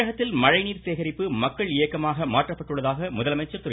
தமிழகத்தில் மழை நீர் சேகரிப்பு மக்கள் இயக்கமாக மாற்றப்பட்டுள்ளதாக முதலமைச்சர் திரு